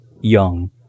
young